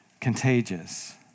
Contagious